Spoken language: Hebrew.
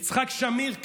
יצחק שמיר,